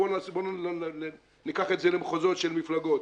בואו לא ניקח את זה למחוזות של מפלגות,